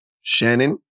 Shannon